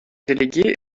délégués